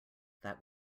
that